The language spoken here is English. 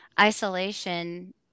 isolation